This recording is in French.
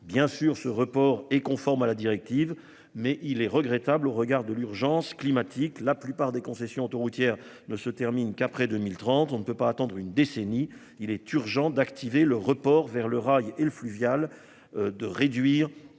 Bien sûr, ce report est conforme à la directive, mais il est regrettable au regard de l'urgence climatique. La plupart des concessions autoroutières ne se termine qu'après 2030, on ne peut pas attendre une décennie. Il est urgent d'activer le report vers le rail et le fluvial de réduire